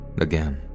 again